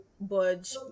Budge